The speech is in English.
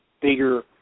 bigger